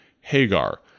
Hagar